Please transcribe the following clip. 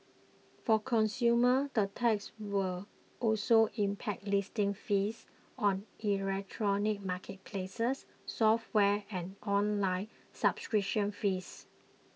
for consumers the tax will also impact listing fees on electronic marketplaces software and online subscription fees